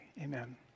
amen